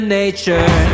nature